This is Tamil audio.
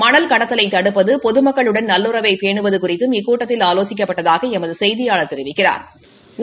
மணல் கடத்தலை தடுப்பது பொதுமக்களுடன் நல்லுறவை பேனுவது குறித்தும் இக்கூட்டத்தில் ஆலோசிக்கப்பட்டதாக எமது செய்தியாளா் தெரிவிக்கிறாா்